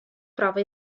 prova